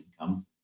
income